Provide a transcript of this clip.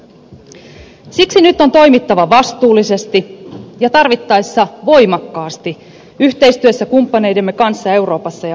siksi nyt on toimittava vastuullisesti ja tarvittaessa voimakkaasti yhteistyössä kumppaneidemme kanssa euroopassa ja maailmanlaajuisesti